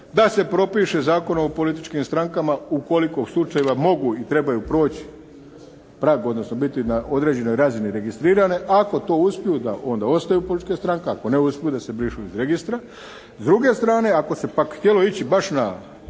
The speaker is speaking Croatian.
Da se propiše Zakonom o političkim strankama u koliko slučajeva mogu i trebaju proći prag, odnosno biti na određenoj razini registrirane. Ako to uspiju da onda ostaju političke stranke, ako ne uspiju da se brišu iz Registra. S druge strane ako se pak htjelo ići baš na